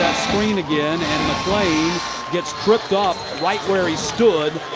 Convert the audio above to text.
screen again. and mcclain gets tripped up right where he stood.